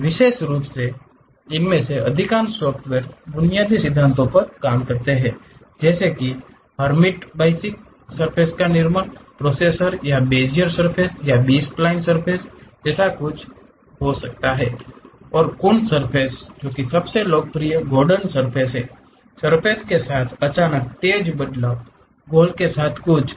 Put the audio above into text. और विशेष रूप से इनमें से अधिकांश सॉफ्टवेयर बुनियादी सिद्धांतों पर काम करते हैं जैसे कि शायद हर्मीट बाइसिक सर्फ़ेस निर्माण प्रोसेसर या बेजियर्स सर्फ़ेस या बी स्पीन सर्फ़ेस के साथ कुछ ऐसा जा रहे हो कॉन्स सर्फ़ेस जो लोकप्रिय या गॉर्डन सर्फ़ेस हैं सर्फ़ेस के साथ अचानक तेज बदलाव गोल के साथ कुछ